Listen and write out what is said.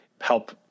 help